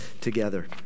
together